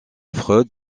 freud